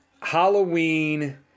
Halloween